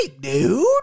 dude